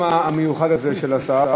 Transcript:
או להסתפק בנאום המיוחד הזה של השר.